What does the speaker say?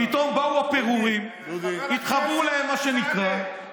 פתאום באו הפירורים, התחברו להם, מה שנקרא.